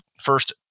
first